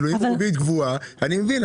אם הריבית גבוהה אני מבין,